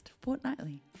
fortnightly